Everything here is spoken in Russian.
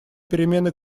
перемены